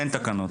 אין תקנות.